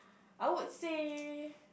I would say